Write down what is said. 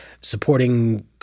supporting